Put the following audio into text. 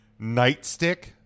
nightstick